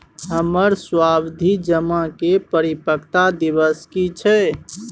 हमर सावधि जमा के परिपक्वता दिवस की छियै?